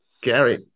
Gary